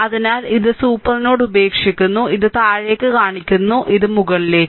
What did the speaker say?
അതിനാൽ ഇത് super node ഉപേക്ഷിക്കുന്നു ഇത് താഴേക്ക് കാണിക്കുന്നു ഇത് മുകളിലേക്ക്